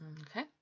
Okay